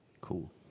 Cool